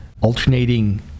alternating